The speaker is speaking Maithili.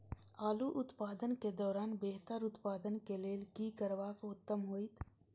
आलू उत्पादन के दौरान बेहतर उत्पादन के लेल की करबाक उत्तम होयत?